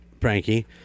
Frankie